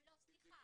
המעצר.